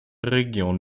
region